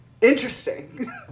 Interesting